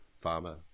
farmer